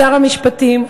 שר המשפטים,